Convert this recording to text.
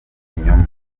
ikinyoma